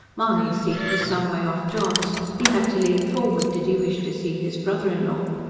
mahony's seat was some way off john's he had to lean forward, did he wish to see his brother-in-law.